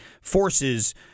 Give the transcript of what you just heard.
forces